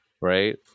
right